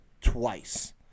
twice